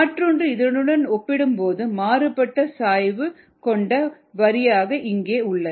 மற்றொன்று இதனுடன் ஒப்பிடும்போது மாறுபட்ட சாய்வு கொண்ட வரியாக இங்கே உள்ளது